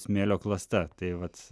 smėlio klasta tai vat